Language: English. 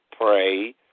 Pray